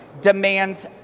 demands